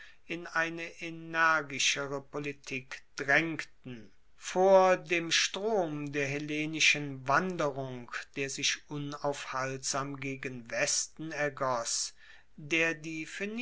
in eine energischere politik draengten vor dem strom der hellenischen wanderung der sich unaufhaltsam gegen westen ergoss der die